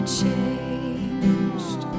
changed